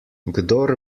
kdor